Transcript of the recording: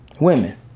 Women